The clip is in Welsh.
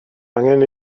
angen